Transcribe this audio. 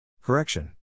Correction